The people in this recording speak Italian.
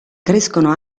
crescono